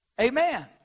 Amen